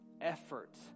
effort